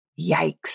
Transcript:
Yikes